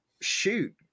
Shoot